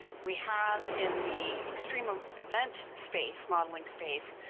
we have in the extreme ah event space, modeling space,